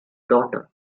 daughter